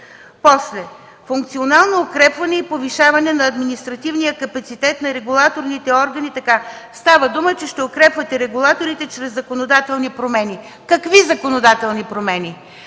После, функционално укрепване и повишаване на административния капацитет на регулаторните органи. Става дума, че ще укрепвате регулаторите чрез законодателни промени. Какви законодателни промени?